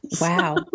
Wow